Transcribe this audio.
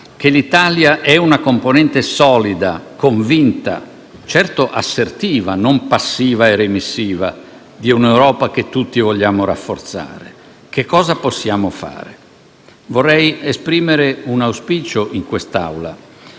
che l'Italia è una componente solida, convinta, certo assertiva, non passiva e remissiva, di un'Europa che tutti vogliamo rafforzare? Cosa possiamo fare? Vorrei esprimere un auspicio in quest'Assemblea.